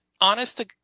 honest